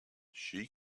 she